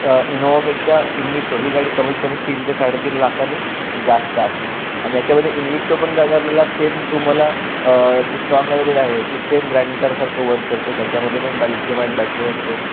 इनोवापेक्षा Invicto ही गाडी कमीत कमीत तीन ते साडेतीन लाखाने जास्त आहे आणि याच्यामध्ये इनव्हिटो पण गाडी आपल्याला सेम तुम्हाला जी स्ट्राँग आरावेड आहे ती सेम ग्राइंडासारखं वर्क करते त्याच्यामध्ये पण बॅल्टीएम बॅटरी असते